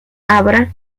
abra